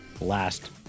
last